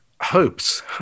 hopes